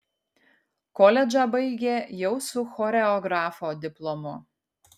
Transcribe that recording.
koledžą baigė jau su choreografo diplomu